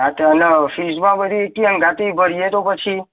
હા તે અને ફીસમાં બધી એક સંગાથે ભરીએ તો પછી